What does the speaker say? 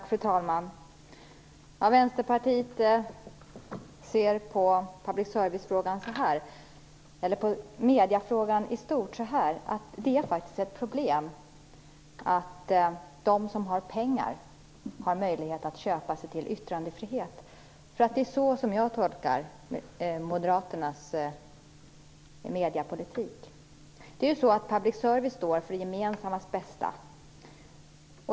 Fru talman! Vänsterpartiet ser så här på mediefrågan: Det är faktiskt ett problem att de som har pengar har möjlighet att köpa sig till yttrandefrihet. Det är nämligen så som jag tolkar Moderaternas mediepolitik. Det är ju så att public service står för det gemensammas bästa.